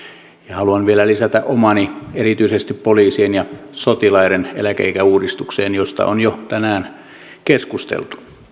ja haluan vielä lisätä omani erityisesti poliisien ja sotilaiden eläkeikäuudistukseen josta on jo tänään keskusteltu